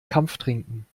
kampftrinken